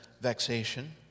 vexation